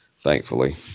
thankfully